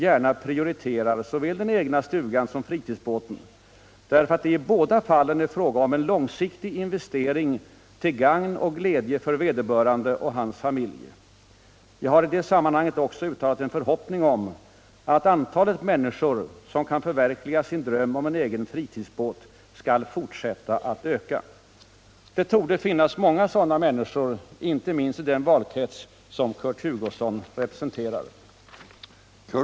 gärna prioriterar såväl den egna stugan som fritidsbåten, därför att det i båda fallen är fråga om en långsiktig investering till gagn och glädje för vederbörande och hans familj. Jag har i det sammanhanget också uttalat en förhoppning om att antalet människor, som kan förverkliga sin dröm om en egen fritidsbåt, skall fortsätta att öka. Det torde finnas många sådana människor, inte minst i den valkrets som Kur Hugosson representerar.